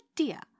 idea